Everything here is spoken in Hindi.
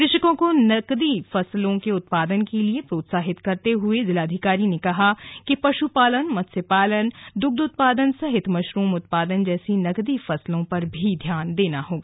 कृषकों को नगदी फसलों के उत्पादन के लिए प्रोत्साहित करते हुए जिलाधिकारी ने कहा कि पशुपालन मत्स्य पालन दुग्ध उत्पादन सहित मशरूम उत्पादन जैसी नगदी फसलों पर भी ध्यान देना होगा